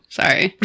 sorry